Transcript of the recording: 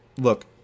look